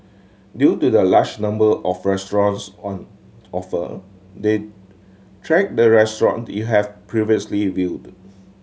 due to the large number of restaurants on offer they track the restaurant you have previously viewed